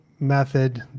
method